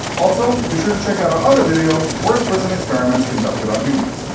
also be sure to check out our other video, worst prison experiments conducted on humans.